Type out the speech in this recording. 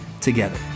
together